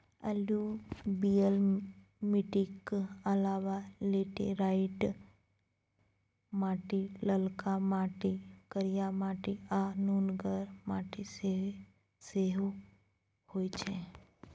एलुयुबियल मीटिक अलाबा लेटेराइट माटि, ललका माटि, करिया माटि आ नुनगर माटि सेहो होइ छै